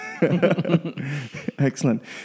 excellent